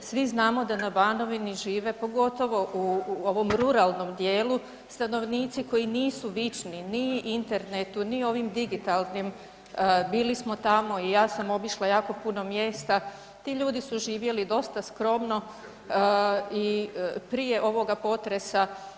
Svi znamo da na Banovini žive pogotovo u ovom ruralnom dijelu stanovnici koji nisu vični ni internetu, ni ovim digitalnim, bili smo tamo i ja sam obišla jako puno mjesta, ti ljudi su živjeli dosta skromno i prije ovoga potresa.